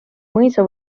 mõisa